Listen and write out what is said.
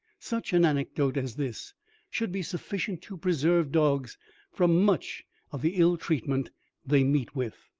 such an anecdote as this should be sufficient to preserve dogs from much of the ill-treatment they meet with.